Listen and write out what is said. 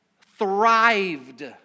thrived